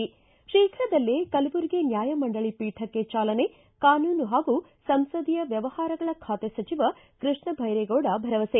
ಿ ಶೀಘ್ರದಲ್ಲೇ ಕಲಬುರ್ಗಿ ನ್ಯಾಯ ಮಂಡಳಿ ಪೀಠಕ್ಕೆ ಚಾಲನೆ ಕಾನೂನು ಹಾಗೂ ಸಂಸದೀಯ ವ್ಯವಹಾರಗಳ ಖಾತೆ ಸಚಿವ ಕೃಷ್ಣ ಭೈರೇಗೌಡ ಭರವಸೆ